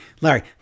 Larry